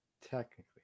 technically